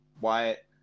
Wyatt